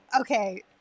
Okay